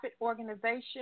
organization